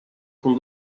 com